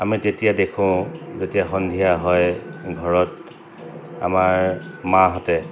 আমি তেতিয়া দেখোঁ যেতিয়া সন্ধিয়া হয় ঘৰত আমাৰ মাহঁতে